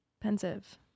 Pensive